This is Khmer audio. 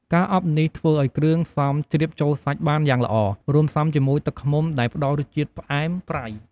ការអប់នេះធ្វើឱ្យគ្រឿងផ្សំជ្រាបចូលសាច់បានយ៉ាងល្អ រួមផ្សំជាមួយទឹកឃ្មុំដែលផ្តល់រសជាតិផ្អែមប្រៃ ។